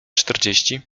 czterdzieści